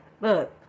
Look